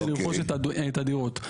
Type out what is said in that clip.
לרכוש את הדירות.